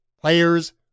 players